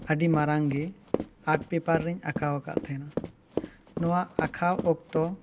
ᱟᱹᱰᱤ ᱢᱟᱨᱟᱝ ᱜᱮ ᱟᱴ ᱯᱮᱯᱟᱨ ᱨᱮᱧ ᱟᱸᱠᱟᱣ ᱟᱠᱟᱫ ᱛᱟᱦᱮᱱᱟ ᱱᱚᱣᱟ ᱟᱸᱠᱟᱣ ᱚᱠᱛᱚ